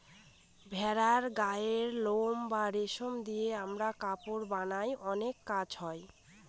ভেড়ার গায়ের লোম বা রেশম দিয়ে আমরা কাপড় বানায় অনেক কাজ হয়